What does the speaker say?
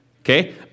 Okay